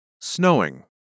Snowing